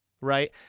right